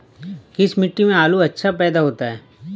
किस मिट्टी में आलू अच्छा पैदा होता है?